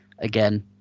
Again